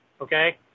okay